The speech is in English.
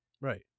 Right